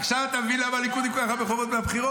עכשיו אתה מבין למה הליכוד עם כל כך הרבה חובות מהבחירות?